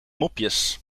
mopjes